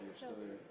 children.